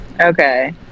Okay